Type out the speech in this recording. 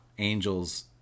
angels